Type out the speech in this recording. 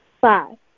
Five